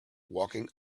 walking